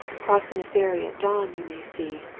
crossing a ferry at dawn you may see,